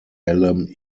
hallam